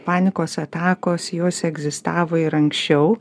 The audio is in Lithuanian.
panikos atakos jos egzistavo ir anksčiau